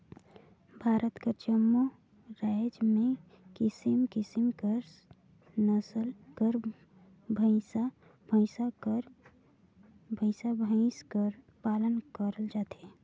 भारत कर जम्मो राएज में किसिम किसिम कर नसल कर भंइसा भंइस कर पालन करल जाथे